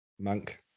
monk